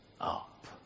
up